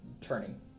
turning